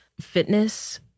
fitness